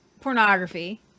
pornography